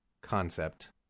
concept